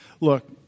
Look